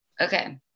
Okay